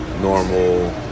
normal